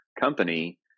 company